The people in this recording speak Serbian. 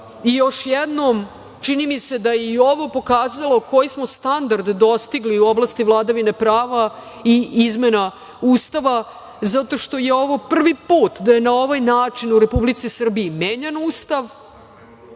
jednom, čini mi se da je i ovo pokazalo koji smo standard dostigli u oblasti vladavine prava i izmena Ustava zato što je ovo prvi put da je na ovaj način u Republici Srbiji menjan Ustav,